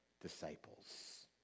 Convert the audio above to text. disciples